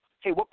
Hey